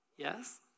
Yes